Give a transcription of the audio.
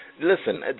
Listen